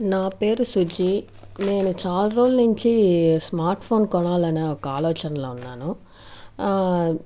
నా పేరు సుజి నేను చాల రోజులనుంచి ఒక స్మార్ట్ ఫోన్ కొనాలి అనే ఒక ఆలోచనలో ఉన్నాను